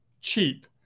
cheap